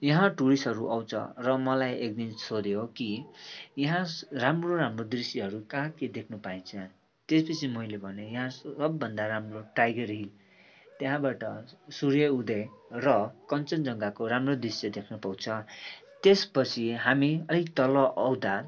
यहाँ टुरिस्टहरू आउँछ र मलाई एकदिन सोध्यो कि यहाँ राम्रो राम्रो दृश्यहरू कहाँ के देख्नु पाइन्छ त्यसपिछे मैले भनेँ यहाँ सबभन्दा राम्रो टाइगर हिल त्यहाँबाट सूर्य उदय र कञ्चनजङ्घाको राम्रो दृश्य देख्न पाउँछ त्यसपछि हामी अलिक तल आउँदा